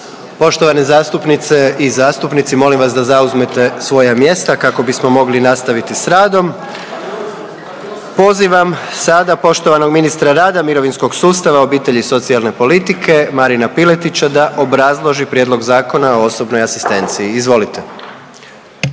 Poštovane zastupnice i zastupnici, molim vas da zauzmete svoja mjesta kako bismo mogli nastaviti s radom. Pozivam sada poštovanog ministra rada, mirovinskog sustava, obitelji i socijalne politike Marina Piletića da obrazloži prijedlog Zakona o osobnoj asistenciji, izvolite.